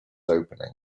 opening